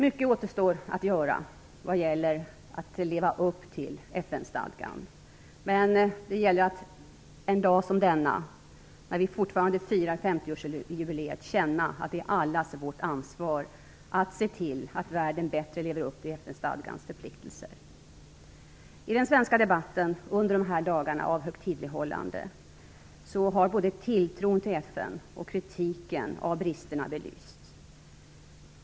Mycket återstår att göra vad gäller att leva upp till FN-stadgan. Men det gäller en dag som denna då vi fortfarande firar 50-årsjubileet att känna att vi alla har ett ansvar att se till att världen bättre lever upp till I den svenska debatten under dessa dagar av högtidlighållandet har både tilltron till FN och kritiken av bristerna belysts.